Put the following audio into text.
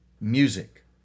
music